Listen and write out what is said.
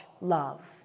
love